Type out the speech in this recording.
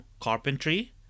carpentry